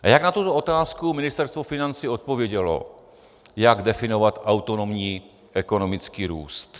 A jak na tuto otázku Ministerstvo financí odpovědělo, jak definovat autonomní ekonomický růst.